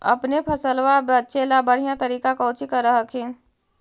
अपने फसलबा बचे ला बढ़िया तरीका कौची कर हखिन?